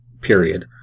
period